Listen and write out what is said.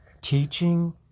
teaching